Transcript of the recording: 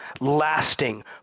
lasting